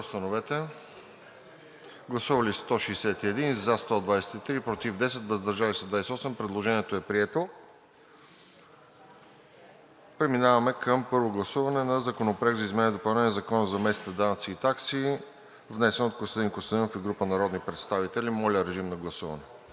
Предложението е прието. Преминаваме към първо гласуване на Законопроект за изменение и допълнение на Закона за местните данъци и такси, внесен от Костадин Костадинов и група народни представители. Моля, режим на гласуване.